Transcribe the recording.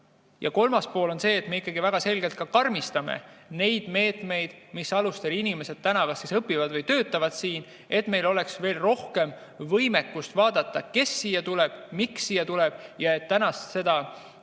Kolmas pool on see, et me ikkagi väga selgelt karmistame neid meetmeid, mis alustel inimesed õpivad või töötavad siin, et meil oleks veel rohkem võimekust vaadata, kes siia tulevad ja miks nad siia tulevad, ning et